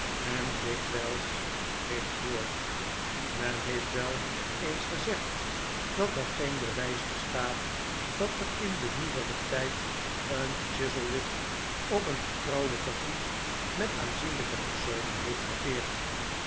en dikwijls verricht wordt men heeft wel eens gezegd dat er geen bewijs bestaat dat in den nieuweren tijd een chuzzlewit op een vertrouwelijken voet met aanzienlijke rtersonen heeft verkeerdi